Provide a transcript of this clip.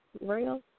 Real